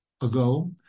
ago